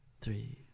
three